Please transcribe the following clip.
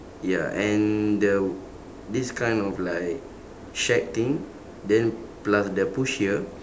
ya and the this kind of like shack thing then plus the push here